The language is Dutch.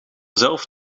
zelf